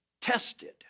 tested